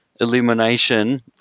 elimination